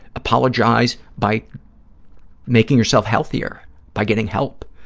apologize by making yourself healthier, by getting help,